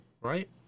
right